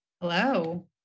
Hello